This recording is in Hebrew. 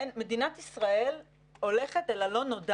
מדינת ישראל הולכת אל הלא נודע